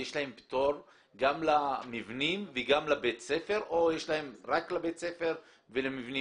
יש להם פטור גם למבנים וגם לבית ספר או רק לבית ספר ולמבנים